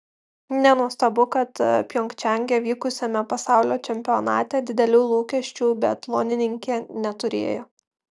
nenuostabu kad pjongčange vykusiame pasaulio čempionate didelių lūkesčių biatlonininkė neturėjo